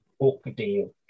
Oakdale